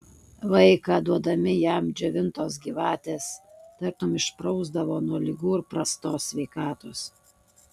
vaiką duodami jam džiovintos gyvatės tartum išprausdavo nuo ligų ir prastos sveikatos